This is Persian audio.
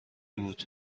بود